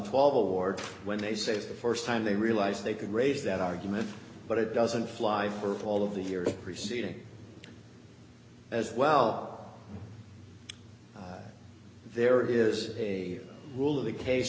twelve award when they say for the st time they realize they could raise that argument but it doesn't fly for all of the years preceding as well there is a rule of the ca